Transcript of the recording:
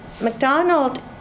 McDonald